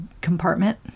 compartment